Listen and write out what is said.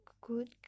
good